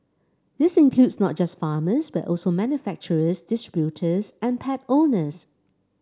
this includes not just farmers but also manufacturers distributors and pet owners